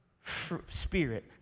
spirit